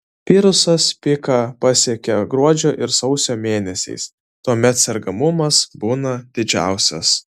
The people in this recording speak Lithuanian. virusas piką pasiekią gruodžio ir sausio mėnesiais tuomet sergamumas būna didžiausias